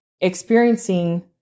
experiencing